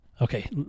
Okay